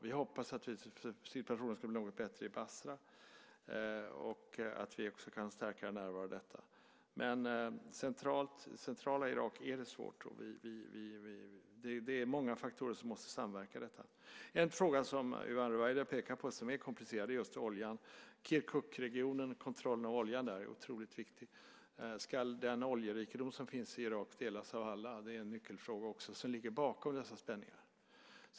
Vi hoppas naturligtvis att situationen i Basra ska bli något bättre och att vi kan stärka närvaron där. Men i centrala Irak är det svårt. Det är många faktorer som måste samverka i detta. En fråga som Yvonne Ruwaida pekar på och som är komplicerad är just oljan. Kirkukregionen och kontrollen över oljan där är otroligt viktig. Ska den oljerikedom som finns i Irak delas av alla? Det är en nyckelfråga som ligger bakom dessa spänningar.